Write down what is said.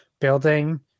building